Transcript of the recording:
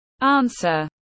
Answer